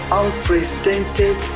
unprecedented